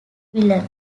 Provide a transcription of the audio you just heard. villain